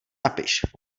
napiš